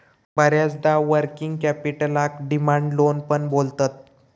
बऱ्याचदा वर्किंग कॅपिटलका demand loan पण बोलतत